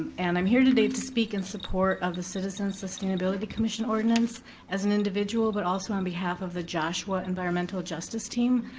and i'm here today to speak in support of the citizens' sustainability commission ordinance as an individual, but also on behalf of the joshua environmental justice team.